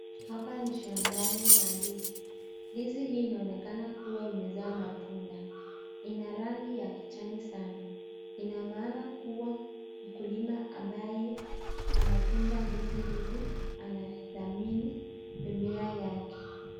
Hapa ni shambani mwa ndizi. Ndizi hii inaonekana kuwa imezaa matunda. Ina rangi ya kijani sana. Ina maana kuwa mkulima ambaye anatunza ndizi hizi anadhamini mimea yake.